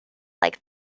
like